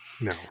No